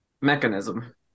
mechanism